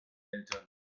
eltern